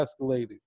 escalated